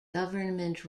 government